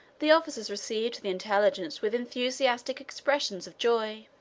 the officers received the intelligence with enthusiastic expressions of joy.